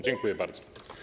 Dziękuję bardzo.